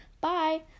Bye